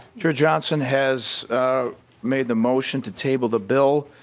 chair johnson has made the motion to table the bill.